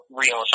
real